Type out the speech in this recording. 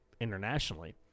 internationally